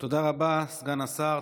תודה רבה, סגן השר.